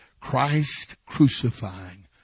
Christ-crucifying